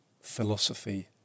philosophy